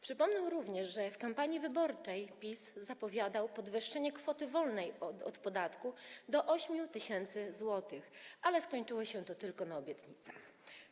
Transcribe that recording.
Przypomnę również, że w kampanii wyborczej PiS zapowiadał podwyższenie kwoty wolnej od podatku do 8 tys. zł, ale skończyło się na obietnicach.